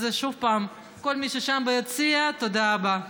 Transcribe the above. אז שוב, לכל מי ששם ביציע, תודה רבה.